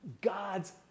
God's